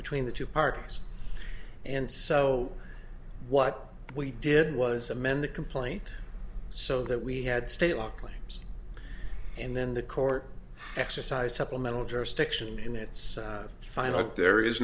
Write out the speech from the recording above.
between the two parties and so what we did was amend the complaint so that we had state law claims and then the court exercised supplemental jurisdiction in its final act there is